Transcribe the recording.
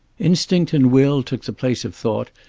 instinct and will took the place of thought,